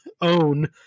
own –